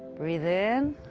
breathe in